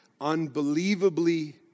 Unbelievably